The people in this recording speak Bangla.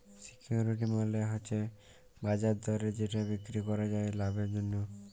সিকিউরিটি মালে হচ্যে বাজার দরে যেটা বিক্রি করাক যায় লাভের জন্যহে